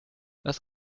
was